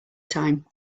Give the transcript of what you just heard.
time